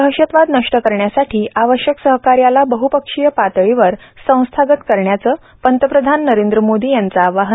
दहशतवाद नष्ट करण्यासाठी आवश्यक सहकार्यास बहपक्षीय पातळीवर संस्थागत करण्याचं पंतप्रधान नरेंद्र मोदी यांचं आवाहन